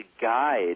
guide